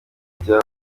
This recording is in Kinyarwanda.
bya